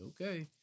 okay